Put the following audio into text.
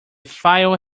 file